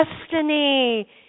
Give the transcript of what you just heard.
destiny